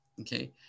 Okay